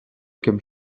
comme